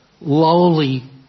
lowly